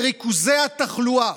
בריכוזי התחלואה